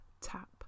tap